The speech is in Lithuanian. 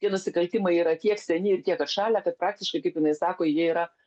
tie nusikaltimai yra tiek seni ir tiek kas šalia kad praktiškai kaip jinai sako jie yra